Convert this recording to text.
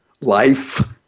life